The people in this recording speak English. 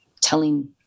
telling